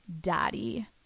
daddy